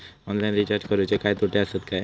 Online recharge करुचे काय तोटे आसत काय?